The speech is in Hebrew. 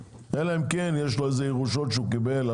אלא אם כן יש לו ירושות שהוא קיבל.